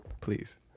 Please